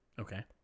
Okay